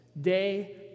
day